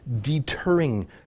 deterring